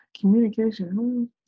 Communication